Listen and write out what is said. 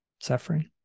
suffering